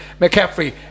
McCaffrey